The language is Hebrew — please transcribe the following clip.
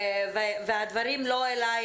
והדברים לא אליך,